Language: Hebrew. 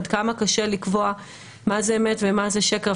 עד כמה קשה לקבוע מה זה אמת ומה זה שקר.